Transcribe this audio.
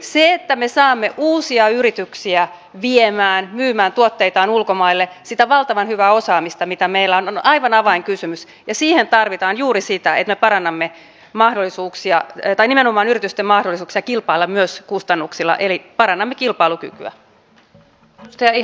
se että me saamme uusia yrityksiä viemään myymään tuotteitaan ulkomaille sitä valtavan hyvää osaamista mitä meillä on on aivan avainkysymys ja siihen tarvitaan juuri sitä että me parannamme nimenomaan yritysten mahdollisuuksia kilpailla myös kustannuksilla eli parannamme kilpailukykyä